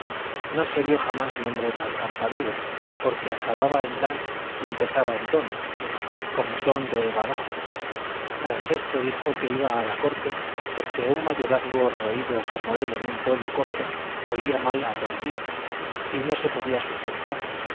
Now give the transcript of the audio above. no se vio jamás nombre tan campanudo porque acababa en dan y empezaba en don como son de badajo tras esto dijo que iba a la corte porque un mayorazgo roído como él en un pueblo corto olía mal a dos días y no se podía sustentar